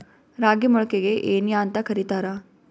ರಾಗಿ ಮೊಳಕೆಗೆ ಏನ್ಯಾಂತ ಕರಿತಾರ?